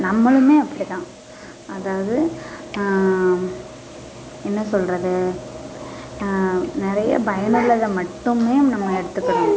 நம்மளுமே அப்படிதான் அதாவது என்ன சொல்கிறது நிறைய பயனுள்ளதை மட்டுமே நம்ம எடுத்துக்கணும்